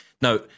Now